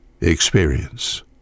experience